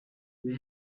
made